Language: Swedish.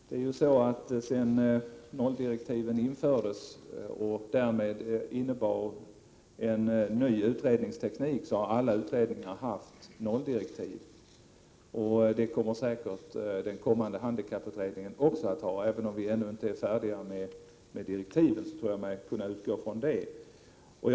Herr talman! Sedan nolldirektiven infördes och vi därmed fick en ny utredningsteknik, har alla utredningar haft nolldirektiv. Det kommer säkerligen även den blivande handikapputredningen att få. Det tror jag mig 59 kunna utgå från, även om vi ännu inte är färdiga med direktivskrivningen.